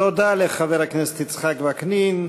תודה לחבר הכנסת יצחק וקנין,